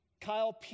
Kyle